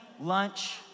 lunch